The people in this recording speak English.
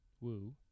woo